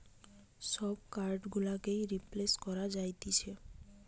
সব কার্ড গুলোকেই রিপ্লেস করা যাতিছে